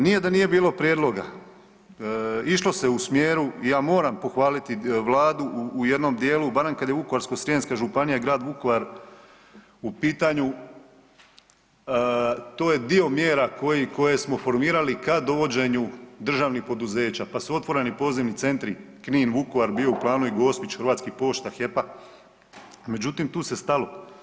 Nije da nije bilo prijedloga, išlo se u smjeru, ja moram pohvaliti Vladu u jednom dijelu barem kada je Vukovarsko-srijemska županija i Grad Vukovar u pitanju to je dio mjera koje smo formirali ka dovođenju državnih poduzeća, pa su otvoreni pozivni centri Knin-Vukovar, bio je u planu i Gospić Hrvatskih pošta, HEP-a, međutim tu se stalo.